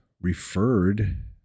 referred